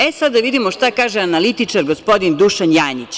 E sad, da vidimo šta kaže analitičar gospodin Dušan Janjić.